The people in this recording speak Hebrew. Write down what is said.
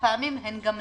מהפעמים הן גם ניתנו,